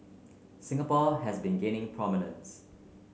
Singapore has been gaining prominence